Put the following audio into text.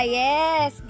yes